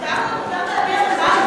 מותר להביע מחאה,